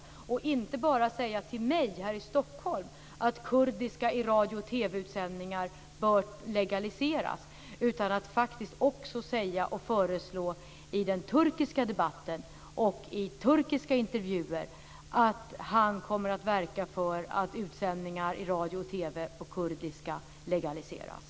Han sade inte bara till mig här i Stockholm att kurdiska bör legaliseras i radio och TV-utsändningar utan han har faktiskt föreslagit i den turkiska debatten och sagt i turkiska intervjuer att han kommer att verka för att utsändningar på kurdiska i radio och TV legaliseras.